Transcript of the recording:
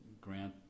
grant